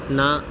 ਨਾ